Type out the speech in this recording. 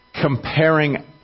Comparing